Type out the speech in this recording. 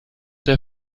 der